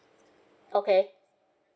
okay